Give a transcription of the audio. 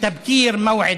הקדמת מועד